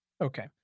Okay